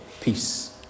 peace